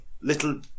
little